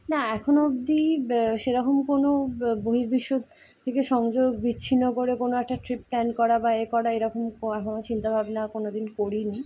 না এখনও অব্দি সেরকম কোনো বহির্বিশ্ব থেকে সংযোগ বিচ্ছিন্ন করে কোনো একটা ট্রিপ প্ল্যান করা বা এ করা এরকম এখনও চিন্তা ভাবনা কোনো দিন করি নি